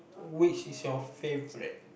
which is your favourite